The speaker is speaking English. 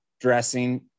dressing